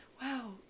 wow